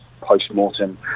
post-mortem